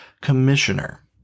commissioner